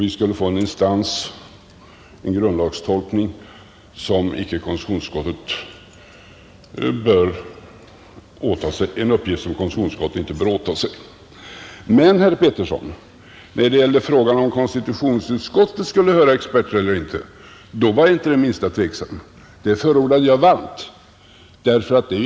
Vi skulle då få en instans för grundlagstolkning — en uppgift som konstitutionsutskottet icke bör åta sig. Men, herr Pettersson, när det gäller frågan, huruvida ledamöterna i konstitutionsutskottet skulle höra experter eller inte, fanns det inte den minsta tveksamhet. Det förordade jag varmt.